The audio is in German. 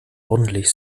ordentlich